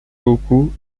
beaucoup